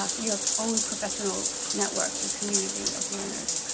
ah your own professional network, your community of learners.